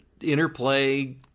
interplay